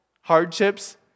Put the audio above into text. hardships